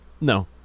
No